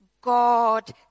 God